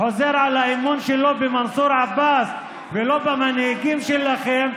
חוזר על האמון שלו במנסור עבאס ולא במנהיגים שלכם,